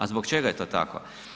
A zbog čega je to tako?